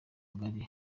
ngari